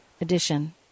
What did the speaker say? edition